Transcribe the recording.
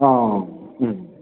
औ